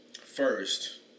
first